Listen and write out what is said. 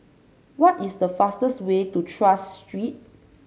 what is the fastest way to Tras Street